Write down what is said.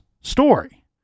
story